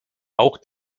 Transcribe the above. auch